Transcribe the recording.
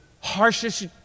harshest